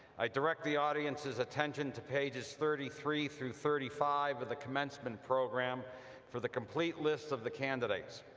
i direct the audience's attention to pages thirty three through thirty five of the commencement program for the complete list of the candidates.